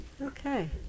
Okay